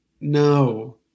no